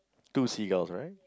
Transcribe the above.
two seagulls right